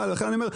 ולכן אני אומר,